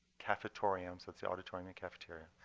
cafetorium so it's the auditorium and cafeteria.